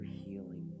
healing